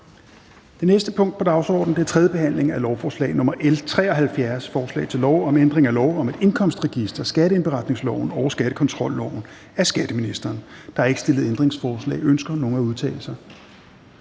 Det næste punkt på dagsordenen er: 12) 3. behandling af lovforslag nr. L 73: Forslag til lov om ændring af lov om et indkomstregister, skatteindberetningsloven og skattekontrolloven. (Registersamkøring med henblik på systemudvikling og myndighedsudøvelse